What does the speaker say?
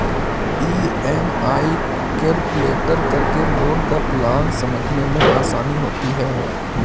EMI calculate करके loan का plan समझने में आसानी होती है